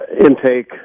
intake